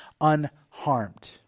unharmed